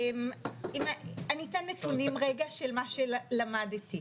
אתן נתונים רגע של מה שלמדתי.